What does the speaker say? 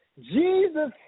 Jesus